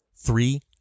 three